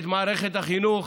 את מערכת החינוך,